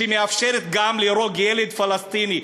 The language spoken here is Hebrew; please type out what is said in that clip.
שמאפשרת גם להרוג ילד פלסטיני,